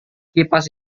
kipas